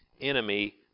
enemy